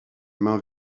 mains